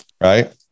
right